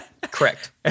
correct